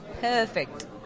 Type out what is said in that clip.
perfect